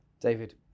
David